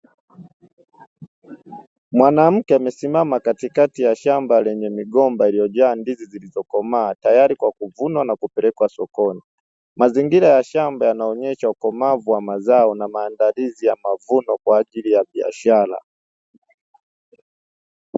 Mwanamke amesimama katikati ya shamba lenye migomba iliyojaa ndizi zilizokomaa tayari kwa kuvunwa na kupelekwa sokoni, mazingira ya shamba yanaonesha ukomavu wa mazao na maandalizi ya mavuno kwa ajili ya biashara